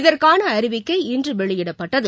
இதற்கான அறிவிக்கை இன்றுவெளியிடப்பட்டது